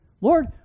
Lord